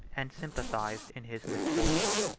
and sympathized in his misfortune.